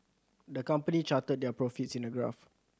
the company charted their profits in a graph